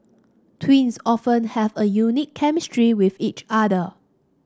twins often have a unique chemistry with each other